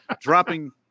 dropping